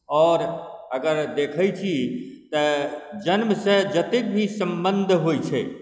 आओर अगर देखै छी तऽ जन्मसँ जतेक भी सम्बन्ध होइ छै